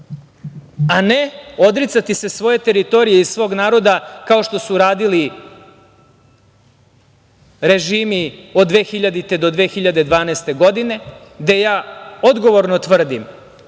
a ne odricati se svoje teritorije i svog naroda, kao što su radili režimi od 2000. do 2012. godine, gde ja odgovorno tvrdim